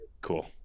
Cool